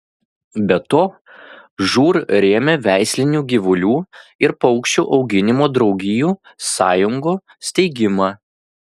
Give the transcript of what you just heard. be to žūr rėmė veislinių gyvulių ir paukščių auginimo draugijų sąjungų steigimą